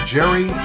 Jerry